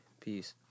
Peace